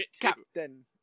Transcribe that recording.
Captain